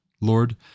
Lord